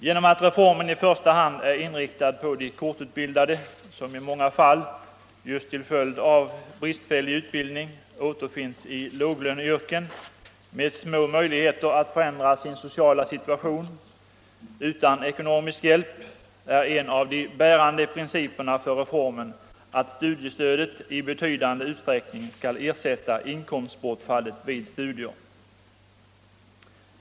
Genom att reformen i första hand är inriktad på de kortutbildade, som i många fall — just till följd av bristfällig utbildning — återfinns i låglöneyrken med små möjligheter att förändra sin sociala situation utan ekonomisk hjälp, är en av de bärande principerna för reformen att studiestödet i betydande utsträckning skall ersätta inkomstbortfallet vid studier.